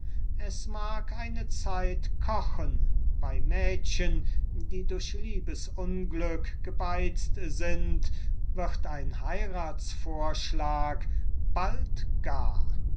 es mag eine zeit kochen bei mädchen die durch liebesunglück gebeizt sind wird ein heiratsvorschlag bald gar